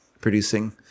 producing